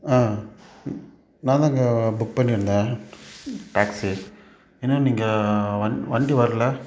ஆ நான் தாங்க புக் பண்ணியிருந்தேன் டேக்சி இன்னும் நீங்கள் வண் வண்டி வரல